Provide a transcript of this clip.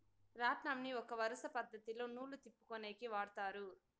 రాట్నంని ఒక వరుస పద్ధతిలో నూలు తిప్పుకొనేకి వాడతారు